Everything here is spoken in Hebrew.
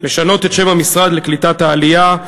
לשנות את שם המשרד לקליטת העלייה,